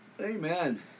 Amen